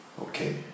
okay